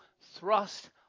thrust